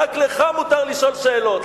רק לך מותר לשאול שאלות.